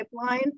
pipeline